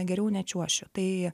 geriau nečiuošiu tai